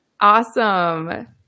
Awesome